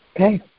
okay